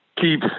keep